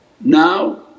now